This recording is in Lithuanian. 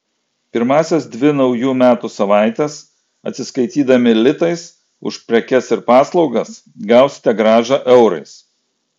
pirmąsias dvi naujų metų savaites atsiskaitydami litais už prekes ir paslaugas gausite grąžą eurais